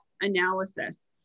analysis